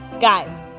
Guys